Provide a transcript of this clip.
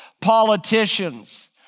Politicians